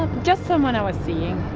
just someone i was seeing